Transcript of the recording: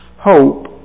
hope